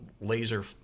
laser